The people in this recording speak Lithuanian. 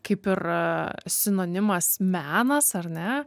kaip ir sinonimas menas ar ne